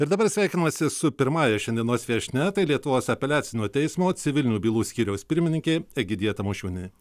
ir dabar sveikinuosi su pirmąja šiandienos viešnia tai lietuvos apeliacinio teismo civilinių bylų skyriaus pirmininkė egidija tamošiūnienė